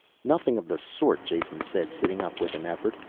nothing of the sort! jason said, sitting up with an effort.